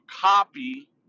copy